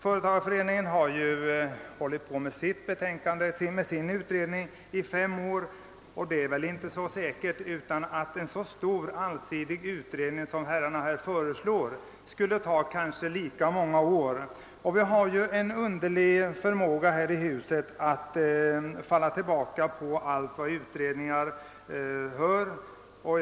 Företagareföreningsutredningen har arbetat i fem år och en så stor och allsidig utredning som herrarna föreslår skulle kanske ta lika många år. Vi har en underlig förmåga här i riksdagen att falla tillbaka på allt vad utredningar heter.